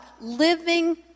living